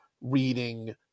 reading